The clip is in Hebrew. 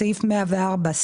סעיף 104,